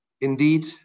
indeed